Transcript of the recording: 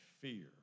fear